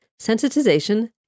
sensitization